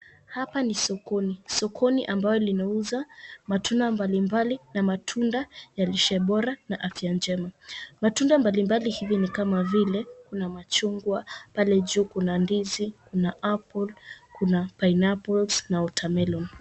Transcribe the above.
Hapa ni sokoni. Sokoni ambaye linauza matunda mbalimbali na matunda ya lishe bora na afya jema. Matunda mbalimbali hivi ni kama vile kuna machungwa, pale juu kuna ndizi, kuna apple kuna pineapple na watermelon .